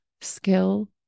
skill